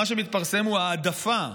מה שמתפרסם הוא העדפה,